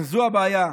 זו הבעיה,